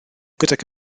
gydag